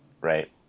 right